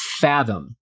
fathom